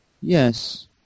Yes